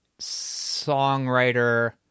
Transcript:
songwriter